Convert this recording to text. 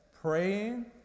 Praying